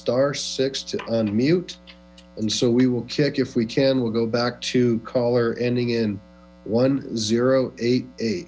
star six two on mute and so we will kick if we can we'll go back to caller ending in one zero eight eight